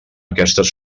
aquestes